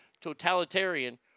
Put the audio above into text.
totalitarian